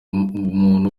umuntu